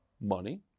money